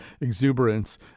exuberance